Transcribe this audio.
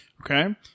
Okay